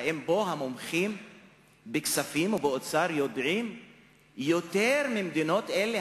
האם פה המומחים בכספים ובאוצר יודעים יותר מבמדינות האלה,